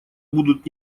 будут